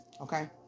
okay